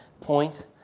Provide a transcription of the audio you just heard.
point